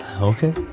Okay